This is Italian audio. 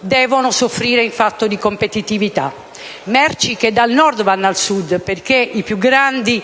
debbono soffrire in fatto di competitività. Merci che dal Nord vanno al Sud, perché i più grandi